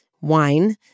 wine